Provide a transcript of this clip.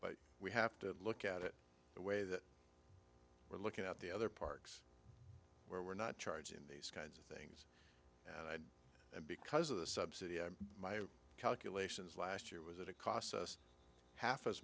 but we have to look at it the way that we're looking at the other parks where we're not charging these kinds of things and i and because of the subsidy my calculations last year was that it costs us half as